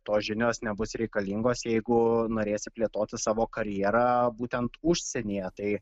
tos žinios nebus reikalingos jeigu norėsi plėtoti savo karjerą būtent užsienyje tai